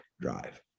drive